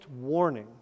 warning